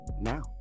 now